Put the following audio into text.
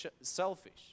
selfish